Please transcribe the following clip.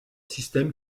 système